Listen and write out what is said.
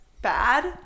bad